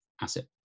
asset